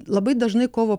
labai dažnai kovo